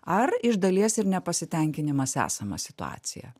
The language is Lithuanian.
ar iš dalies ir nepasitenkinimas esama situacija